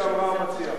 כפי שאמרה המציעה.